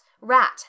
Rat